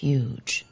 Huge